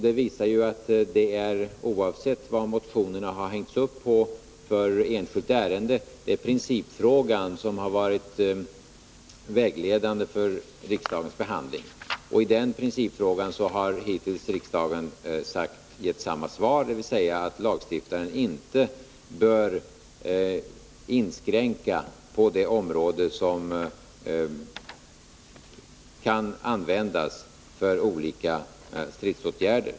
Detta visar ju att, oavsett vilket enskilt ärende motionerna har byggts upp på, det är själva principfrågan som har varit föremål för riksdagens behandling. I den principfrågan har riksdagen hittills gett samma svar, dvs. att lagstiftaren inte bör inskränka det område som kan användas för olika stridsåtgärder.